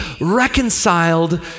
reconciled